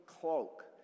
cloak